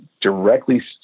directly